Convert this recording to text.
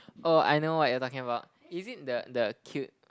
oh I know what you talking about is it the the cute